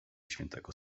świętego